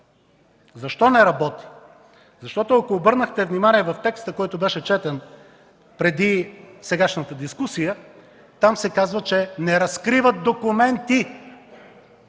Защо не работи? Защото, ако обърнахте внимание върху текста, прочетен преди сегашната дискусия, там се казва, че „не разкриват документи”,